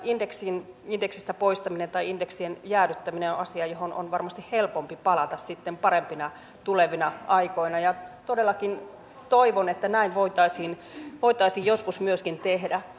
tämä indeksistä poistaminen tai indeksin jäädyttäminen on asia johon on varmasti helpompi palata sitten parempina tulevina aikoina ja todellakin toivon että näin voitaisiin joskus myöskin tehdä